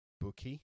Bookie